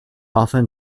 often